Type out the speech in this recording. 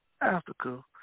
Africa